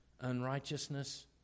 unrighteousness